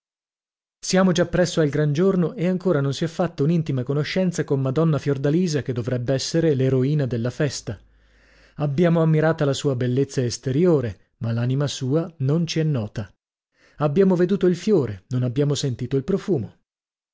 siamo già presso al gran giorno e ancora non si è fatta un'intima conoscenza con madonna fiordalisa che dovrebb'essere l'eroina della festa abbiamo ammirata la sua bellezza esteriore ma l'anima sua non ci è nota abbiamo veduto il fiore non abbiamo sentito il profumo